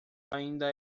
ainda